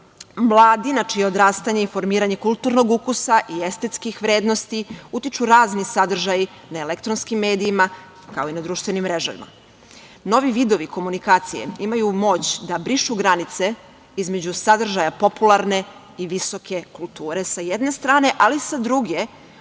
mladi na čije odrastanje i formiranje kulturnog ukusa i estetskih vrednosti utiču razni sadržaji na elektronskim medijima, kao i na društvenim mrežama. Novi vidovi komunikacije imaju moć da brišu granice između sadržaja popularne i visoke kulture sa jedne strane, ali sa druge